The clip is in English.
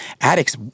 addicts